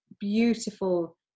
beautiful